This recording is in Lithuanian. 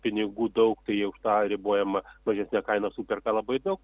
pinigų daug tai juk tą ribojamą mažesnę kainą superka labai daug